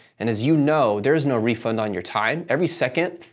and as you know, there is no refund on your time. every second,